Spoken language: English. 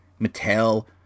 Mattel